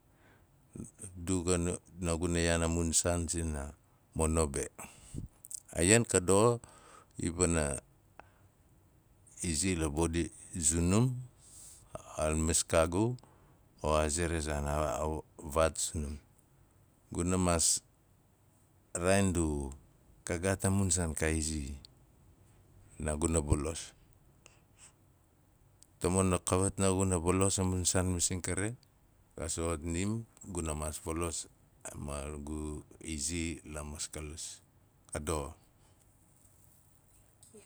Du naagu, naaguna yaan a mun saan sina mun mono be. A ian ka doxo iwana izi la bodi zunum, a maskaagu o a ze ra zaan a vaat. Guna maas raain du, ka gaat a mun san ka izi naaguna valos, tamon a kawat naaguna valos a mun saan masing kari ga soxol nim naaguna maas valos ma gu izi la maskalus.